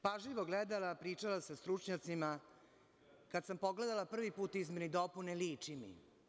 Pažljivo gledala, pričala sa stručnjacima, kada sam pogledala prvi put izmene i dopune liči mi.